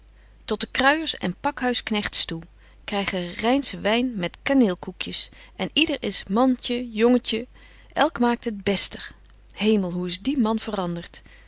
tot de kruijers en pakhuisknegts toe krygen rynschen wyn met kaneel koekjes en yder is mantje jongetje elk maakt het bestig hemel hoe is die man verandert